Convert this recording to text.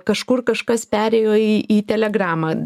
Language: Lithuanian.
kažkur kažkas perėjo į į telegramą